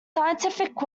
scientific